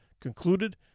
concluded